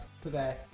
today